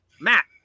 matt